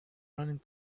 running